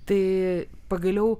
tai pagaliau